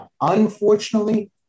Unfortunately